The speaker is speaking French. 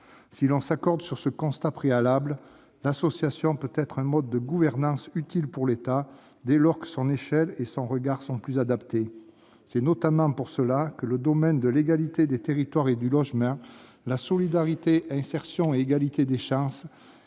Si l'on s'accorde sur ce constat préalable, l'association peut être un mode de gouvernance utile pour l'État, dès lors que son échelle et son regard sont plus adaptés. C'est notamment pour cela que les secteurs « Égalité des territoires et logement »,« Solidarité, insertion et égalité des chances